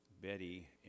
Betty